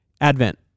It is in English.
Advent